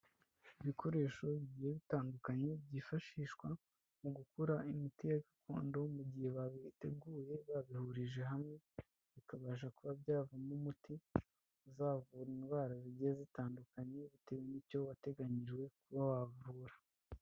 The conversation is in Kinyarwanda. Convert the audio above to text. Ibikoresho bigiye bitandukanye byifashishwa mu gukora imiti ya gakondo mu gihe babiteguye babihurije hamwe, bikabasha kuba byavamo umuti uzavura indwara zigiye zitandukanye bitewe n'icyo wateganyijwe kuba wavura.